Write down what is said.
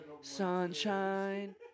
sunshine